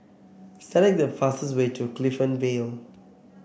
select the fastest way to Clifton Vale